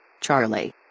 Charlie